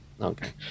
okay